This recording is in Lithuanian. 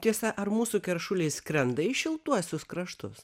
tiesa ar mūsų keršuliai skrenda į šiltuosius kraštus